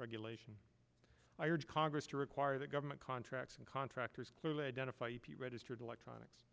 regulation i urge congress to require that government contracts and contractors clearly identify the registered electronics